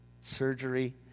Surgery